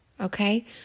okay